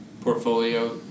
portfolio